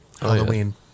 Halloween